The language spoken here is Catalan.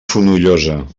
fonollosa